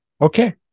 Okay